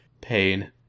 Pain